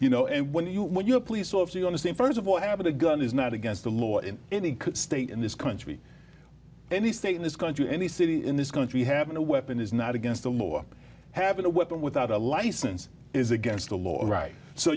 you know and when you when you have police officers on the scene st of all having a gun is not against the law in any state in this country any state in this country or any city in this country having a weapon is not against the law having a weapon without a license is against the law right so